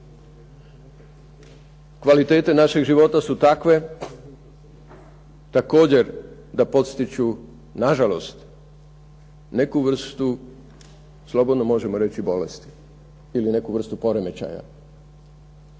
Kvalitete našeg života su takve, također da podsjetit ću na žalost, neku vrstu slobodno možemo reći bolesti ili nekakvu vrstu poremećaja.